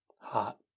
hot